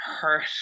hurt